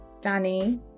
Danny